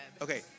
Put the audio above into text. Okay